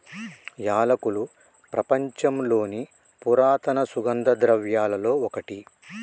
యాలకులు ప్రపంచంలోని పురాతన సుగంధ ద్రవ్యలలో ఒకటి